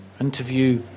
interview